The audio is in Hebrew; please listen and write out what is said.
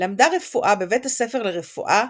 למדה רפואה בבית הספר לרפואה